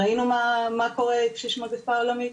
ראינו מה קורה כשיש מגיפה עולמית,